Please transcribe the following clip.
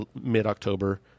mid-October